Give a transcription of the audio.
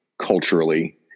culturally